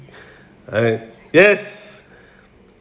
uh yes